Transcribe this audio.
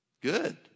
Good